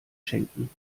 schenken